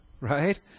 right